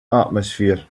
atmosphere